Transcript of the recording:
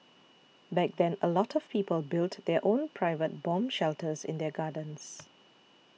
back then a lot of people built their own private bomb shelters in their gardens